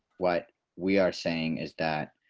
what we are saying is that